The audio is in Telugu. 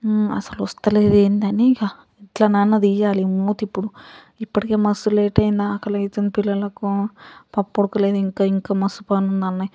అసలు వస్తలేదు ఏంది అని ఇక ఎట్లానైనా తియ్యాలె ఈ మూత ఇప్పుడు ఇప్పటికే మస్త్ లేట్ అయ్యింది ఆకలి అవుతుంది పిల్లలకు పప్పు ఉడకలేదు ఇంకా ఇంకా మస్త్ పనుంది అని